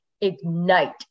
ignite